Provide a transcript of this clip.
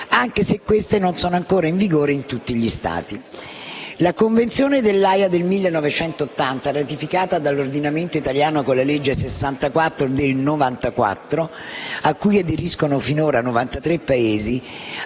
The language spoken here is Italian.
anche se questi non sono ancora in vigore in tutti gli Stati. La Convenzione dell'Aja del 1980, ratificata dall'ordinamento italiano con la legge n. 64 del 1994, a cui aderiscono finora 93 Paesi,